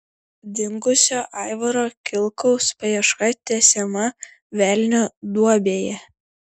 dingusio aivaro kilkaus paieška tęsiama velnio duobėje